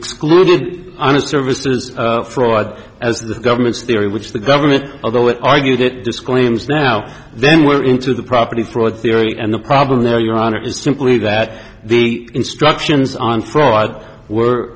excluded honest services fraud as the government's theory which the government although it argued it disclaims now then we're into the property fraud theory and the problem there your honor is simply that the instructions on fraud were